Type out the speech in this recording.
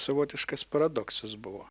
savotiškas paradoksas buvo